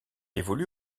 évolue